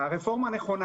הרפורמה נכונה.